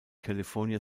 california